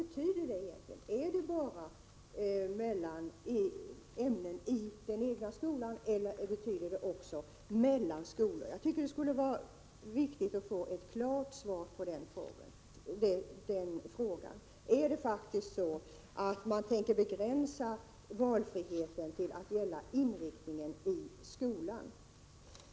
Betyder det att man bara skall få välja mellan ämnen i den egna skolan, eller skall man också få välja mellan olika skolor? Det vore av vikt att få ett klart svar på den frågan. Är det så, att regeringen faktiskt tänker begränsa valfriheten till att gälla inriktningen i skolan?